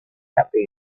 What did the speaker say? happy